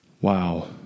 Wow